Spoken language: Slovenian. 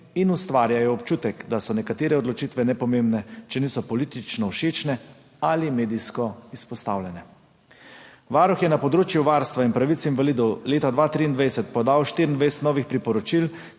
in ustvarjajo občutek, da so nekatere odločitve nepomembne, če niso politično všečne ali medijsko izpostavljene. Varuh je na področju varstva in pravic invalidov leta 2023 podal 24 novih priporočil,